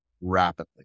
rapidly